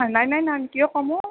নাই নাই নাই কিয় ক'ম অ'